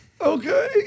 okay